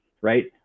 right